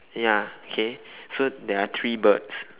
ya K so there are three birds